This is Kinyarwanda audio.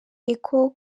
echo